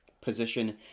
position